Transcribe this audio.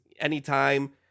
anytime